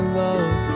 love